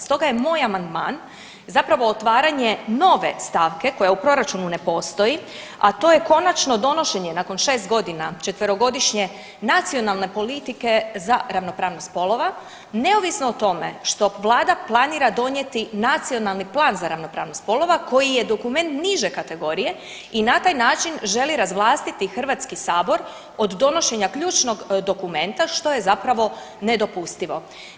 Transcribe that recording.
Stoga je moj amandman zapravo otvaranje nove stavke koja u proračunu ne postoji, a to je konačno donošenje nakon 6 godina četverogodišnje Nacionalne politike za ravnopravnost spolova neovisno o tome što vlada planira donijeti Nacionalni plan za ravnopravnost spolova koji je dokument niže kategorije i na taj način želi razvlastiti Hrvatski sabor od donošenja ključnog dokumenta što je zapravo nedopustivo.